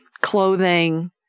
clothing